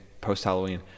post-Halloween